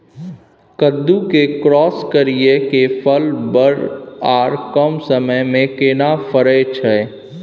कद्दू के क्रॉस करिये के फल बर आर कम समय में केना फरय छै?